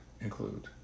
include